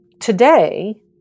Today